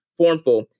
formful